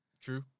true